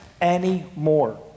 anymore